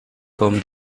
comme